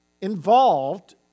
involved